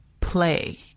play